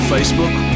Facebook